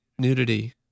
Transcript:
Nudity